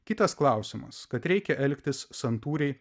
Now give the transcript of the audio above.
kitas klausimas kad reikia elgtis santūriai